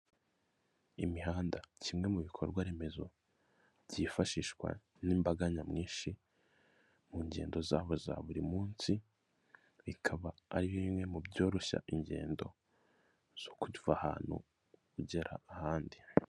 Imihanda, kimwe mubikorwa remezo byifashishwa nimbaga nyamwinshi mungendo zabo za buri munsi, ikaba ari bimwe mubyoroshya ingendo zokuva ahantu ugera ahandi.